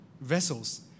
vessels